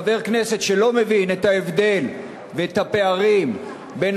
חבר כנסת שלא מבין את ההבדל ואת הפערים בין